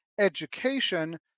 education